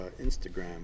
instagram